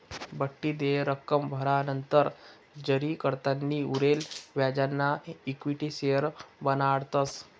बठ्ठी देय रक्कम भरानंतर जारीकर्ताना उरेल व्याजना इक्विटी शेअर्स बनाडतस